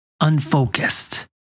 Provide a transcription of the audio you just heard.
unfocused